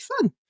fun